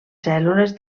cèl·lules